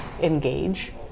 engage